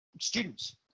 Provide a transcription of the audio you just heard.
students